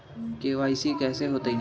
KYC कैसे होतई?